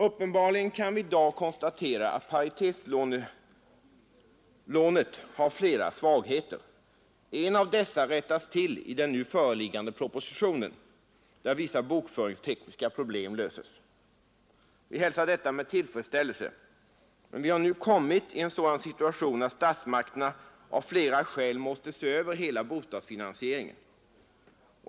Uppenbarligen kan vi i dag konstatera att paritetslånesystemet har flera svagheter. En av dessa rättas till i den nu föreliggande propositionen, där vissa bokföringstekniska problem löses. Vi hälsar detta med tillfredsställelse. Men vi har nu kommit i en sådan situation att statsmakterna av flera skäl måste se över hela bostadsfinansieringen.